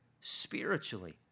spiritually